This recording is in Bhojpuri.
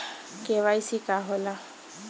के.वाइ.सी का होला?